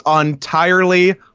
entirely